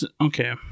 Okay